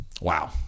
Wow